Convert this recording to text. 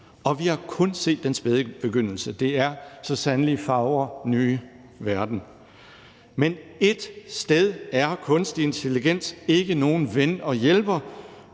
og vi har kun set den spæde begyndelse. Det er så sandelig fagre nye verden. Men ét sted er kunstig intelligens ikke nogen ven og hjælper,